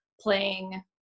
playing